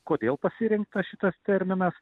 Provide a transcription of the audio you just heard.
kodėl pasirinktas šitas terminas